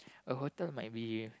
a hotel might be